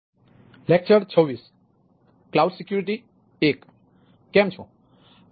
કેમ છો